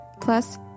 Plus